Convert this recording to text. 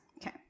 Okay